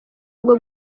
bwo